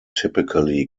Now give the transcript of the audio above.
typically